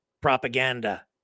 propaganda